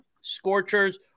scorchers